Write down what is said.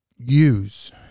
use